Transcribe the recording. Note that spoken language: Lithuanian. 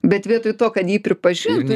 bet vietoj to kad jį pripažintų